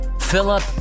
Philip